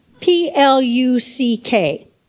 P-L-U-C-K